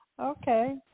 Okay